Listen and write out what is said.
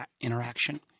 interaction